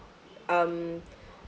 um